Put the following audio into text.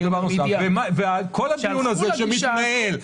כל הדיון הזה שמתנהל,